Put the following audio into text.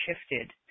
shifted